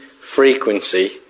frequency